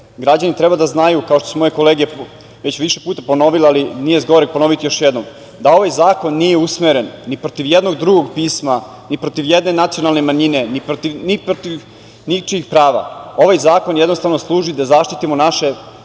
građani treba da znaju, kao što su moje kolege već više puta ponovile, ali nije zgoreg ponoviti još jednom, da ovaj zakon nije usmeren ni protiv jednog drugog pisma, ni protiv jedne nacionalne manjine, ni protiv ničijih prava, ovaj zakon jednostavno služi da zaštitimo naše